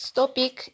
topic